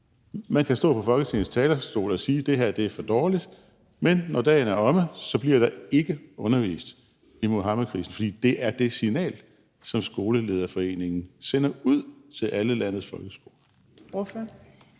Man kan stå på Folketingets talerstol og sige, at det her er for dårligt, men når dagen er omme, bliver der ikke undervist i Muhammedkrisen, for det er det signal, som Skolelederforeningen sender ud til alle landets folkeskoler.